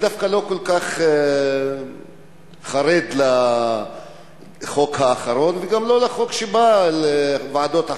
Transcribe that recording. אני דווקא לא כל כך חרד מהחוק האחרון וגם לא מהחוק שבא על ועדות החקירה.